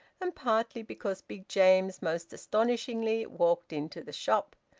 and partly because big james most astonishingly walked into the shop,